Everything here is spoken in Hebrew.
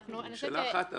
זו ממשלה אחת,